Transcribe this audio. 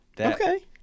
Okay